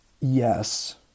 Yes